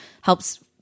helps